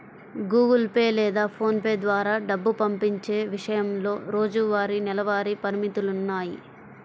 Google pay లేదా PhonePe ద్వారా డబ్బు పంపించే విషయంలో రోజువారీ, నెలవారీ పరిమితులున్నాయి